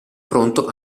pronto